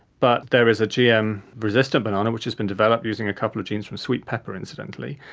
but there is a gm resistant banana which has been developed using a couple of genes from sweet pepper, incidentally,